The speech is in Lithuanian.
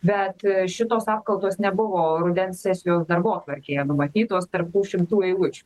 bet šitos apkaltos nebuvo rudens sesijos darbotvarkėje numatytos tarp tų šimtų eilučių